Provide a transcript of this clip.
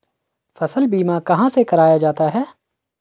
फसल बीमा कहाँ से कराया जाता है?